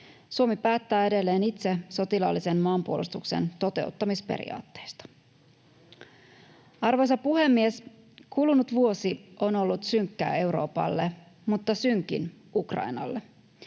Suomi päättää edelleen itse sotilaallisen maanpuolustuksen toteuttamisperiaatteista. Arvoisa puhemies! Kulunut vuosi on ollut synkkää Euroopalle, mutta synkin Ukrainalle.